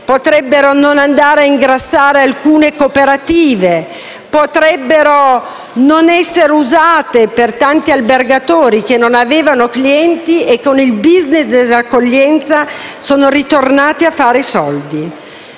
potrebbero non andare a ingrassare alcune cooperative, potrebbero non essere usati per tanti albergatori che non avevano clienti e che, con il *business* dell'accoglienza, sono tornati a fare soldi.